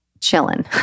chilling